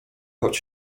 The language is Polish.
choć